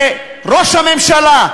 שראש הממשלה,